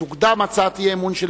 רבותי, לפנינו ארבע הצעות אי-אמון,